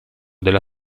della